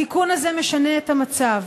התיקון הזה משנה את המצב,